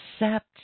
accept